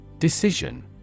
Decision